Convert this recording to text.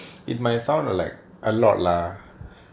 it might sound like a lot lah